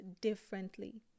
differently